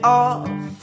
off